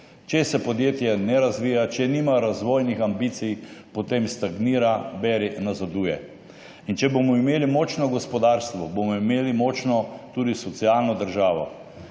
Če se podjetje ne razvija, če nima razvojnih ambicij, potem stagnira, beri nazaduje. In če bomo imeli močno gospodarstvo, bomo imeli močno tudi socialno državo.